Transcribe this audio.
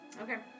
okay